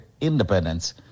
independence